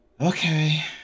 okay